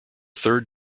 third